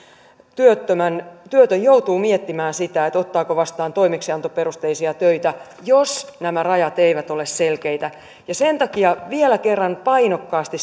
työtön joutuu miettimään sitä ottaako vastaan toimeksiantoperusteisia töitä jos nämä rajat eivät ole selkeitä sen takia vielä kerran painokkaasti